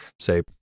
say